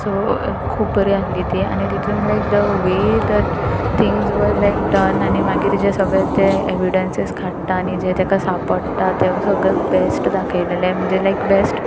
so खूब बरी आसली ती आनी तितून like the way the things were like done आनी मागीर ताजे सगळे ते एविडंसीस काडटा आनी जे ताका सांपडटा तें सगळें बॅस्ट दाखयललें म्हणजें लायक बॅस्ट